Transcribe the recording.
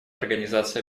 организации